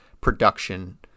production